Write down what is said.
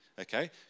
okay